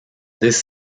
this